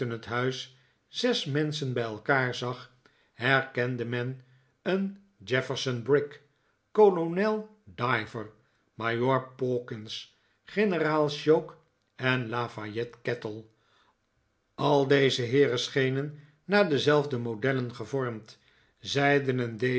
het huis zes mengchen bij elkaar zag herkende men een jefferson brick kolonel diver majoor pawkins generaal choke en lafayette kettle al deze heeren schenen naar dezelfde modellen gevormd zeiden